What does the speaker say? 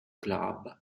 club